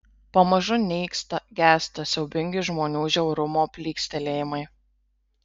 pamažu nyksta gęsta siaubingi žmonių žiaurumo plykstelėjimai